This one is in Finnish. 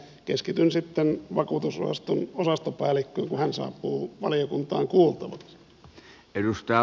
keskityn sitten vakuutusosaston osastopäällikköön kun hän saapuu valiokuntaan kuultavaksi